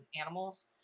animals